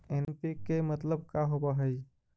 NPK मतलब का होव हइ?